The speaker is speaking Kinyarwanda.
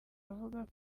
avuga